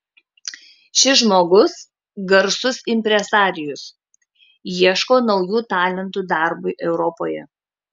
šis žmogus garsus impresarijus ieško naujų talentų darbui europoje